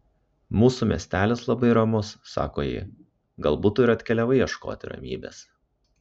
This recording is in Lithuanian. mūsų miestelis labai ramus sako ji galbūt tu ir atkeliavai ieškoti ramybės